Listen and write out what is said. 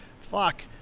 fuck